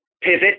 pivot